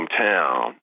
hometown